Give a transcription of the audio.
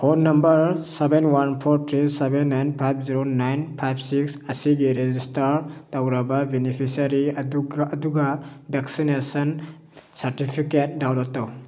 phone number seven one four three seven nine five zero nine five six ꯑꯁꯤꯒꯤ register ꯇꯧꯔꯕ beneficiary ꯑꯗꯨꯒ vaccination certificate download ꯇꯧ